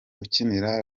ukinira